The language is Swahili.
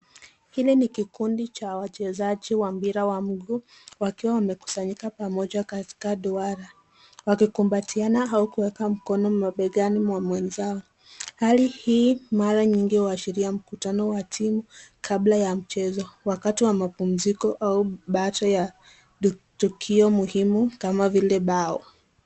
Hiki ni kikundi cha wachezaji wa mpira wa mguu wakiwa wamekusanyika pamoja katika duara, wakikumbatiana au kuweka mkono mabegani mwa mwenzao hali hii mara nyingi huashiria mutano wa timu kabla ya mchezo, wakati wa mapunziko au baada ya tukio muhimu kama vile bao.